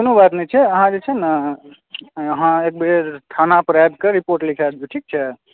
कोनो बात नहि जे छै ने अहाँ एकबेर थानापर आबिकऽ रिपोर्ट लिखा देबै ठीक छै